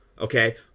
okay